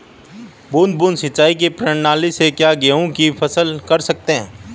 बूंद बूंद सिंचाई प्रणाली से क्या गेहूँ की फसल कर सकते हैं?